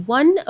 one